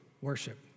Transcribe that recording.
worship